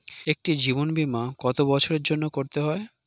একটি জীবন বীমা কত বছরের জন্য করতে হয়?